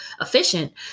efficient